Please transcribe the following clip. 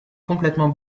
complètement